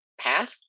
path